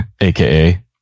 AKA